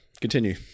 continue